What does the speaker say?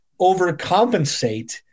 overcompensate